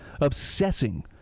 obsessing